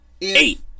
Eight